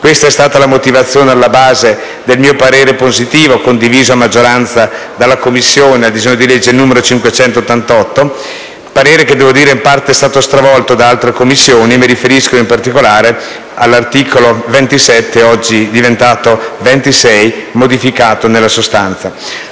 Questa è stata la motivazione alla base del mio parere positivo, condiviso a maggioranza dalla Commissione, sul disegno di legge n. 588, parere che in parte, devo dire, è stato stravolto da altre Commissioni: mi riferisco, in particolare all'articolo 27 (oggi diventato 26), modificato nella sostanza.